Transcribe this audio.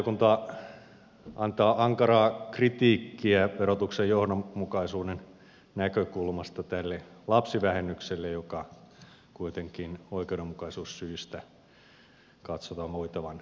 valiokunta antaa ankaraa kritiikkiä verotuksen johdonmukaisuuden näkökulmasta tälle lapsivähennykselle joka kuitenkin oikeudenmukaisuussyistä katsotaan voitavan hyväksyä